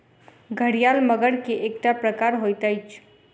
घड़ियाल मगर के एकटा प्रकार होइत अछि